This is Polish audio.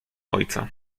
ojca